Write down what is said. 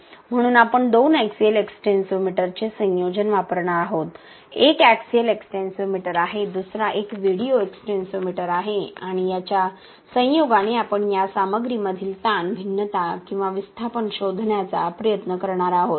म्हणून आपण दोन एक्सिअल एक्सटेन्सोमीटरचे संयोजन वापरणार आहोत एक एक्सिअल एक्सटेन्सोमीटर आहे दुसरा एक व्हिडिओ एक्सटेन्सोमीटर आहे आणि याच्या संयोगाने आपण या सामग्रीमधील ताण भिन्नता किंवा विस्थापन शोधण्याचा प्रयत्न करणार आहोत